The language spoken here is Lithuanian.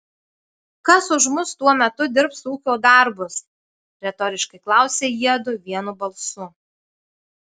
kas už mus tuo metu dirbs ūkio darbus retoriškai klausia jiedu vienu balsu